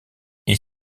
est